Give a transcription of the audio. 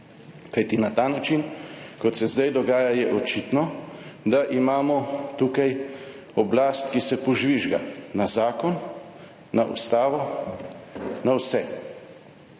kajti na ta način kot se zdaj dogaja, je očitno, da imamo tukaj oblast, ki se požvižga na zakon, na Ustavo, na vse,